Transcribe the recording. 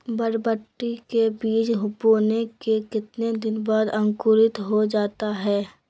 बरबटी के बीज बोने के कितने दिन बाद अंकुरित हो जाता है?